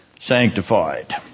sanctified